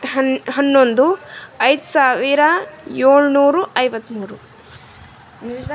ಹನ್ ಹನ್ನೊಂದು ಐದು ಸಾವಿರ ಏಳ್ನೂರು ಐವತ್ತ್ಮೂರು